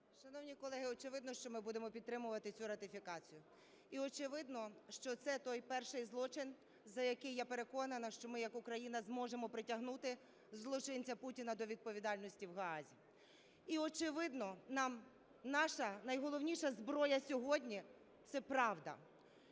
Шановні колеги, очевидно, що ми будемо підтримувати цю ратифікацію, і очевидно, що це той перший злочин, за який, я переконана, що ми як Україна зможемо притягнути злочинця Путіна до відповідальності в Гаазі. І, очевидно, наша найголовніша зброя сьогодні – це правда.